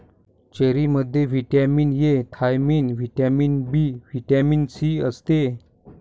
चेरीमध्ये vitamin A, thiamine, vitamin B, vitamin C असते